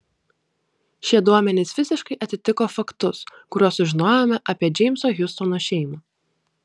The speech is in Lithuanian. šie duomenys visiškai atitiko faktus kuriuos sužinojome apie džeimso hiustono šeimą